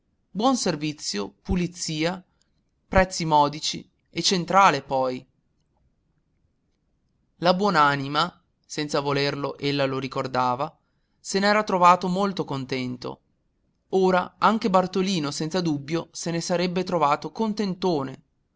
buon servizio pulizia prezzi modici e centrale poi la buon'anima senza volerlo ella lo ricordava se n'era trovato molto contento ora anche bartolino senza dubbio se ne sarebbe trovato